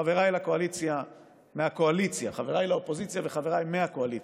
חבריי לאופוזיציה וחבריי מהקואליציה,